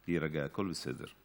להירגע, הכול בסדר.